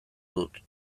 dut